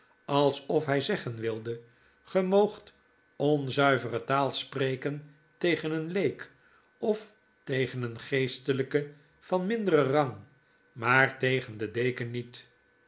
alsof hy zeggen wilde ge moogt onzuivere taal spreken tegen een leek of tegen een geesteljjke van minderen rang maar tegen den deken niet